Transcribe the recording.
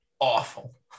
awful